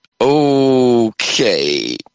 Okay